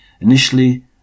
initially